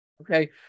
Okay